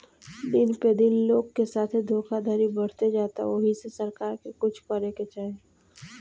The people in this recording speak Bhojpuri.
दिन प दिन लोग के साथे धोखधड़ी बढ़ते जाता ओहि से सरकार के कुछ करे के चाही